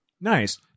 Nice